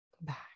back